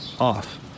off